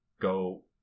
go